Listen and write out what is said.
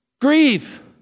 Grieve